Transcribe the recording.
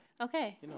Okay